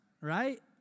right